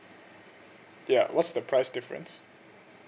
ya what's the price difference